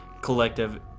collective